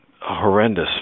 horrendous